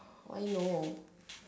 !aiyo!